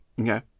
Okay